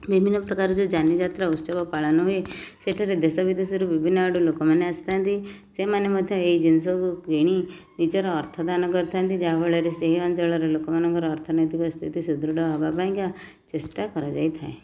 ବିଭିନ୍ନ ପ୍ରକାର ଯେଉଁ ଜାନିଯାତ୍ରା ଉତ୍ସବ ପାଳନ ହୁଏ ସେଠାରେ ଦେଶ ବିଦେଶରୁ ବିଭିନ୍ନ ଆଡ଼ୁ ଲୋକମାନେ ଆସି ଥାଆନ୍ତି ସେମାନେ ମଧ୍ୟ ଏଇ ଜିନିଷକୁ କିଣି ନିଜର ଅର୍ଥ ଦାନ କରିଥାନ୍ତି ଯାହା ଫଳରେ ସେହି ଅଞ୍ଚଳର ଲୋକମାନଙ୍କର ଅର୍ଥନୈତିକ ସ୍ଥିତି ସୁଦୃଢ଼ ହେବା ପାଇଁକା ଚେଷ୍ଟା କରାଯାଇଥାଏ